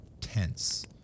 tense